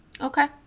Okay